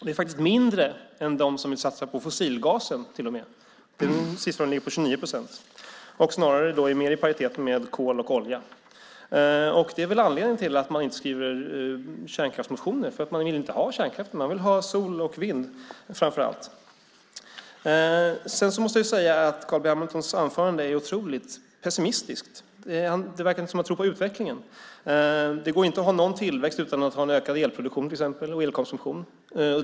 Det är faktiskt mindre än de som vill satsa på fossilgasen till och med, som ligger på 29 procent, och är snarare mer i paritet med kol och olja. Det är väl anledningen till att man inte skriver kärnkraftsmotioner. Man vill inte ha kärnkraften. Man vill ha sol och vind framför allt. Sedan måste jag säga att Carl B Hamiltons anförande är otroligt pessimistiskt. Det verkar inte som om han tror på utvecklingen. Det går inte att ha någon tillväxt utan att ha en ökad elproduktion och elkonsumtion till exempel.